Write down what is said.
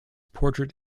portrait